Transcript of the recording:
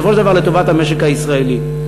ובסופו של דבר לטובת המשק הישראלי.